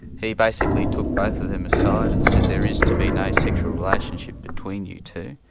he basically took both of them aside and said there is to be no sexual relationship between you two,